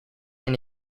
and